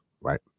right